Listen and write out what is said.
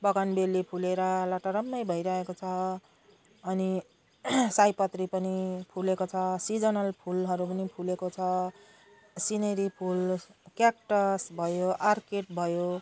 bougainvillea फुलेर लटरम्मै भइरहेको छ अनि सयपत्री पनि फुलेको छ सिजनल फुलहरू पनि फुलेको छ सिनेरी फुल क्याक्टस भयो आर्किड भयो